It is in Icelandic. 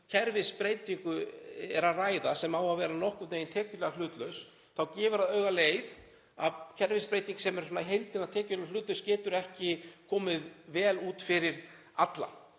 kerfisbreytingu er að ræða, sem á að vera nokkurn veginn tekjulega hlutlaus, þá gefur það augaleið að kerfisbreyting sem er svona í heildina tekið hlutlaus, getur ekki komið vel út fyrir alla.